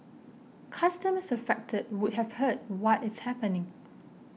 customers affected would have heard what is happening